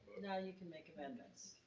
now you can make amendments.